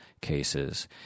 cases